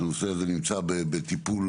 שהנושא הזה נמצא בטיפול,